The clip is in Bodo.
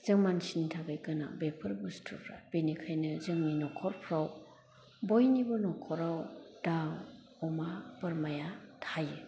जों मानसिनि थाखाय गोनां बेफोर बुस्थुफ्रा बिनिखायनो जोंनि नखरफ्राव बयनिबो नखराव दाउ अमा बोरमाया थायो